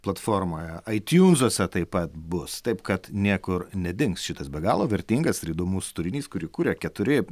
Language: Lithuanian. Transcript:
platformoje aitiūnzuose taip pat bus taip kad niekur nedings šitas be galo vertingas ir įdomus turinys kurį kuria keturi